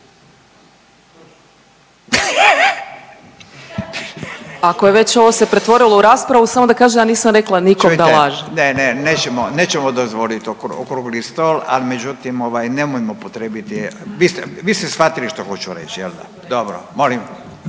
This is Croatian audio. Ako je već ovo se pretvorilo u raspravu samo da kažem ja nisam rekla nikom da laže./… Čujte ne, ne, ne, nećemo, nećemo dozvolit okrugli stol, ali međutim ovaj nemojmo upotrijebiti, vi ste shvatili što hoću reći jel da, dobro. Molim,